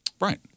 Right